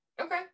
okay